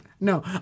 No